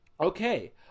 Okay